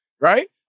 right